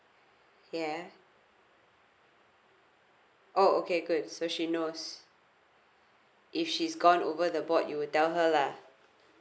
yeah oh okay good so she knows if she's gone over the bot you will tell her lah